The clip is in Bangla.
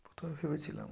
প্রথমে ভেবেছিলাম